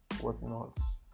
whatnots